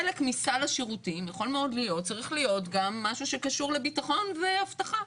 חלק מסל השירותים צריך להיות משהו שקשור לביטחון ואבטחה.